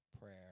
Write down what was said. prayer